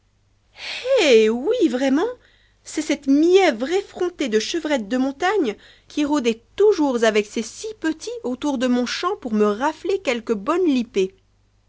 eh oui vraiment c'est cette mièvre effrontée de chevrette de montagne qui rôdait toujours avec ses six petits autour de mon champ pour me rafler quelque bonne lippée